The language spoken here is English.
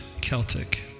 Celtic